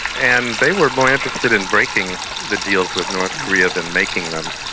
and they were more interested in breaking the deals with north korea than making them.